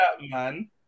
man